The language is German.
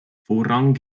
vorrang